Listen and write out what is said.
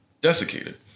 desiccated